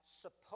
supposed